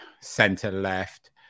center-left